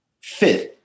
fifth